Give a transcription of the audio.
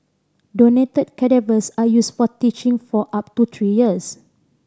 donated cadavers are used for teaching for up to three years